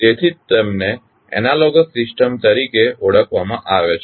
તો તેથી જ તેમને એનાલોગસ સિસ્ટમ તરીકે ઓળખવામાં આવે છે